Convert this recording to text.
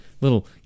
little